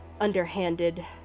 underhanded